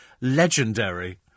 legendary